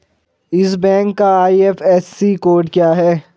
इस बैंक का IFSC code क्या है?